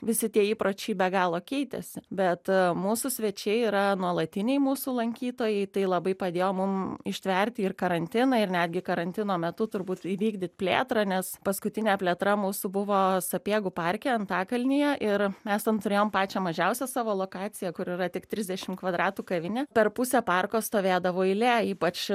visi tie įpročiai be galo keitėsi bet mūsų svečiai yra nuolatiniai mūsų lankytojai tai labai padėjo mum ištverti ir karantiną ir netgi karantino metu turbūt įvykdyti plėtrą nes paskutinė plėtra mūsų buvo sapiegų parke antakalnyje ir esam turėjom pačią mažiausią savo lokaciją kur yra tik trisdešimt kvadratų kavinė per pusę parko stovėdavo eilė ypač